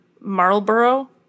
Marlborough